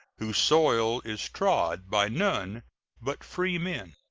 whose soil is trod by none but freemen.